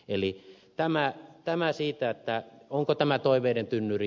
eli tämä siitä onko tämä toiveiden tynnyri